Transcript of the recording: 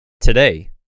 today